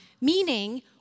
meaning